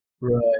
Right